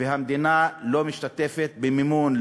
והמדינה לא משתתפת במימון,